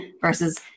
versus